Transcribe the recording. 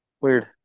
Weird